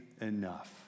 enough